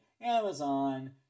Amazon